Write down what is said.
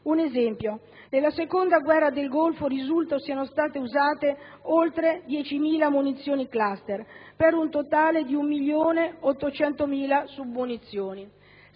Un esempio: nella seconda guerra del Golfo risulta siano state usate oltre 10.000 munizioni *cluster*, per un totale di circa 1.800.000 submunizioni.